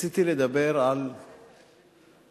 רציתי לדבר על טרכטנברג.